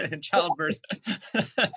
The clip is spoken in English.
childbirth